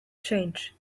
change